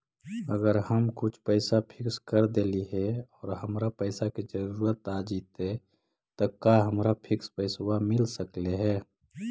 अगर हम कुछ पैसा फिक्स कर देली हे और हमरा पैसा के जरुरत आ जितै त का हमरा फिक्स पैसबा मिल सकले हे?